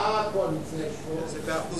ארבעה מהקואליציה יש פה.